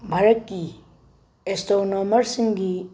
ꯚꯥꯔꯠꯀꯤ ꯑꯦꯁꯇ꯭ꯔꯣꯅꯣꯃꯔꯁꯤꯡꯒꯤ